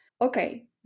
okay